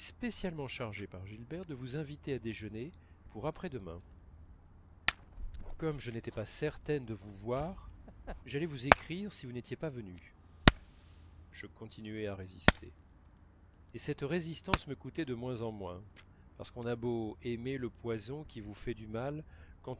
spécialement chargée par gilberte de vous inviter à déjeuner pour après-demain comme je n'étais pas certaine de vous voir j'allais vous écrire si vous n'étiez pas venu je continuais à résister et cette résistance me coûtait de moins en moins parce qu'on a beau aimer le poison qui vous fait du mal